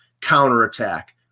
counterattack